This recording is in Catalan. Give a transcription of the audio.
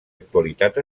actualitat